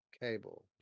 cable